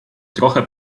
trochę